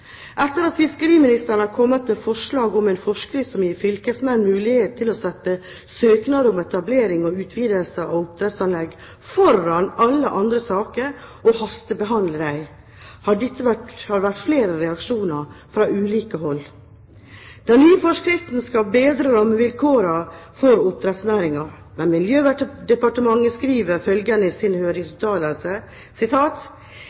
Etter at fiskeriministeren har kommet med forslag om en forskrift som gir fylkesmenn mulighet til å sette søknader om etablering og utvidelser av oppdrettsanlegg foran alle andre saker og hastebehandle dem, har det vært flere reaksjoner fra ulike hold. Den nye forskriften skal bedre rammevilkårene for oppdrettsnæringen. Men Miljøverndepartementet skriver følgende i sin